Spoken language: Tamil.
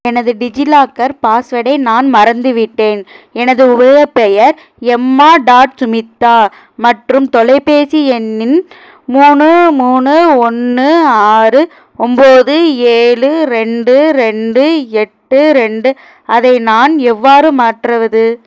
எனது டிஜிலாக்கர் பாஸ்வேர்டை நான் மறந்துவிட்டேன் எனது உபயோகப் பெயர் எம்மா டாட் சுமித்தா மற்றும் தொலைபேசி எண்ணின் மூணு மூணு ஒன்று ஆறு ஒம்போது ஏழு ரெண்டு ரெண்டு எட்டு ரெண்டு அதை நான் எவ்வாறு மாற்றுவது